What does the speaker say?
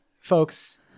folks